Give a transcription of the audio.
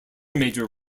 major